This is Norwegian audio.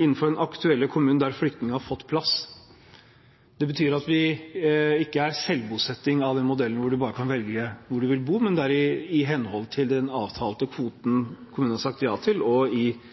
innenfor den aktuelle kommunen der flyktninger har fått plass. Det betyr at det ikke er selvbosetting av den modellen hvor man bare kan velge hvor man vil bo, men i henhold til den avtalte kvoten kommunen har sagt ja til, og